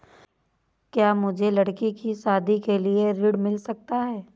क्या मुझे लडकी की शादी के लिए ऋण मिल सकता है?